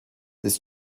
this